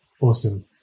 Awesome